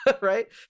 right